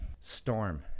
storm